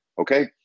okay